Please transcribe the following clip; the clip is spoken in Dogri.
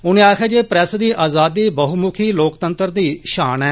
उनें आक्खेआ जे प्रैस दी आज़ादी बहुमुखी लोकतंत्र दी शान ऐ